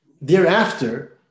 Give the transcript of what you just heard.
Thereafter